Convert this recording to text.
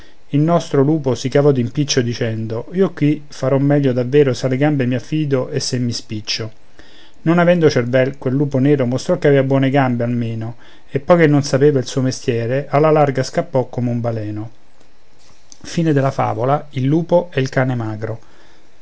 il nostro lupo si cavò d'impiccio dicendo io qui farò meglio davvero se alle gambe mi affido e se mi spiccio non avendo cervel quel lupo nero mostrò che aveva buone gambe almeno e poi che non sapeva il suo mestiero alla larga scappò come un baleno e